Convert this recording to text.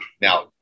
Now